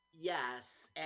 Yes